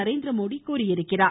நரேந்திரமோடி தெரிவித்துள்ளார்